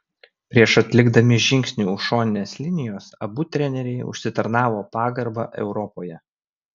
prieš atlikdami žingsnį už šoninės linijos abu treneriai užsitarnavo pagarbą europoje